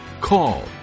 call